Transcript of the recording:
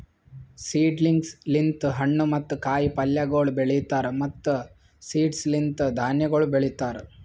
seedlings ಲಿಂತ್ ಹಣ್ಣು ಮತ್ತ ಕಾಯಿ ಪಲ್ಯಗೊಳ್ ಬೆಳೀತಾರ್ ಮತ್ತ್ ಸೀಡ್ಸ್ ಲಿಂತ್ ಧಾನ್ಯಗೊಳ್ ಬೆಳಿತಾರ್